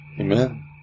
Amen